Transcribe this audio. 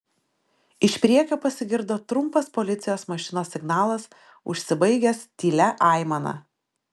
iš priekio pasigirdo trumpas policijos mašinos signalas užsibaigęs tylia aimana